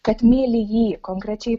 kad myli jį konkrečiai